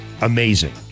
Amazing